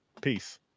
Peace